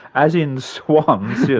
as in swans. yeah